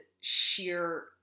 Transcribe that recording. sheer